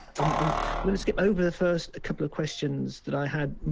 i'm gonna skip over the first couple of questions that i had,